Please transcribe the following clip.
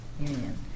union